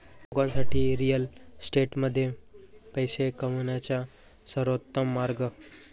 लोकांसाठी रिअल इस्टेटमध्ये पैसे कमवण्याचा सर्वोत्तम मार्ग